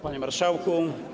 Panie Marszałku!